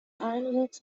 ironworks